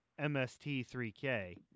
MST3K